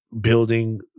building